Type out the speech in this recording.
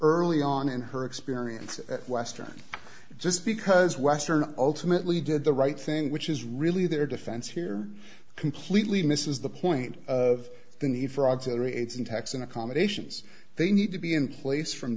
early on in her experience at western just because western ultimately did the right thing which is really their defense here completely misses the point of the need for auxiliary aides and taxing accommodations they need to be in place from